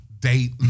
Date